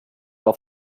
auf